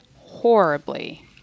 horribly